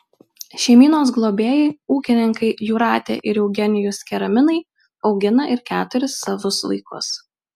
šeimynos globėjai ūkininkai jūratė ir eugenijus keraminai augina ir keturis savus vaikus